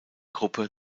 gruppe